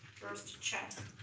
first check